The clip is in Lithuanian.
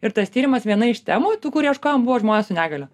ir tas tyrimas viena iš temų tų kur ieškojom buvo žmonės su negalia